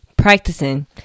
practicing